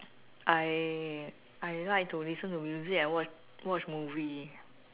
I like to listen to music and watch watch movie